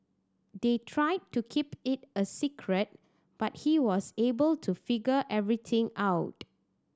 they tried to keep it a secret but he was able to figure everything out